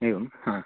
एवं